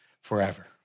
forever